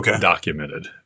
documented